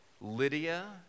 Lydia